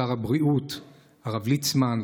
שר הבריאות הרב ליצמן,